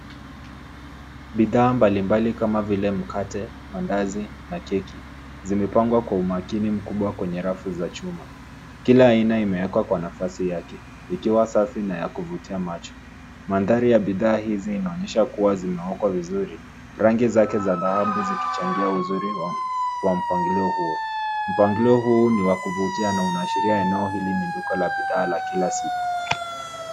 Bidhaa mbalimbali kama vile mkate, mandazi na keki, zimepangwa kwa umakini mkubwa kwenye rafu za chuma. Kila aina imewekwa kwa nafasi yake, ikiwa safi na ya kuvutia macho. Mandhari ya bidhaa hizi inaonyesha kuwa zimeokwa vizuri, rangi zake za dhahabu zikichangia uzuri wa mpangilio huo. Mpangilio huu ni wa kuvutia na unaashiria eneo hili ni duka la bidhaa za kila siku.